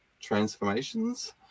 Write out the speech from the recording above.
transformations